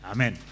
Amen